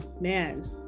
man